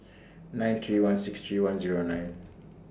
nine three one six three one Zero nine